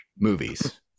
movies